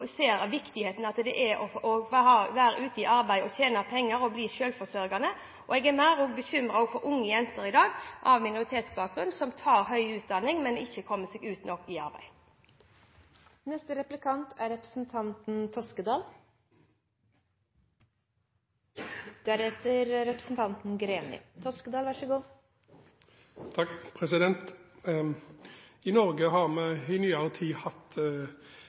ser viktigheten av å være ute i arbeid og tjene penger og bli selvforsørgende. Jeg er mer bekymret for unge jenter med minoritetsbakgrunn i dag som tar høy utdanning, men ikke kommer seg ut i arbeid. I Norge har vi i nyere tid hatt